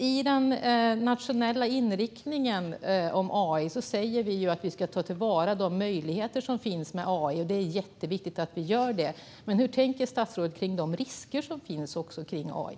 I den nationella inriktningen om AI säger vi att vi ska ta till vara de möjligheter som finns med AI, och det är jätteviktigt att vi gör det. Men vad tänker statsrådet om de risker som finns med AI?